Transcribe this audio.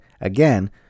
again